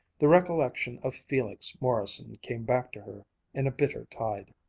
the recollection of felix morrison came back to her in a bitter tide.